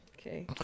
Okay